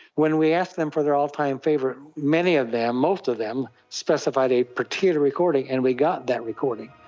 when we asked them for their all-time favourite, many of them, most of them specified a particular recording and we got that recording.